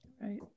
Right